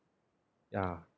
ya